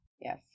Yes